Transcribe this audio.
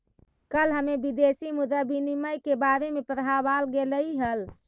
कल हमें विदेशी मुद्रा विनिमय के बारे में पढ़ावाल गेलई हल